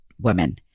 women